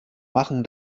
machen